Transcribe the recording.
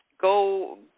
go